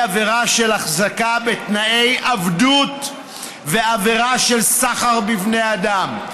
עבירה של החזקה בתנאי עבדות ועבירה של סחר בבני אדם.